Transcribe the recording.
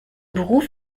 beruf